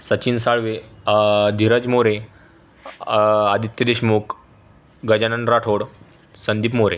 Sachin Salve Dhiraj More Aditya Deshmukh Gajanan Rathod Sandeep More